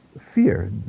fear